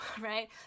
right